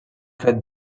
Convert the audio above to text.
fet